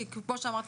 כי כמו שאמרתי,